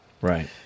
Right